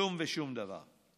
כלום ושום דבר: